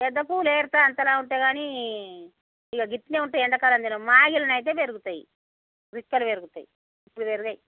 పెద్ద పూలు ఏరుతే అంతలాగ ఉంటాయి గానీ ఇక గిట్ల ఉంటాయి ఎండాకాలం గిన మాయిగి అయితే పెరుగుతాయి బిచ్చలు పెరుగుతాయి ఇప్పుడు పెరగవు